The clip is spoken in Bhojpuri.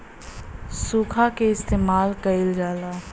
सुखा के इस्तेमाल कइल जाला